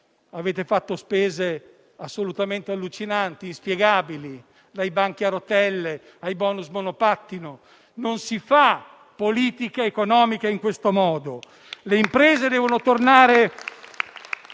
avete fatto spese assolutamente allucinanti, inspiegabili: dai banchi a rotelle ai *bonus* monopattino. Non si fa politica economica in questo modo. Le imprese devono tornare